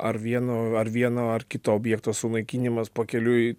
ar vieno ar vieno ar kito objekto sunaikinimas pakeliui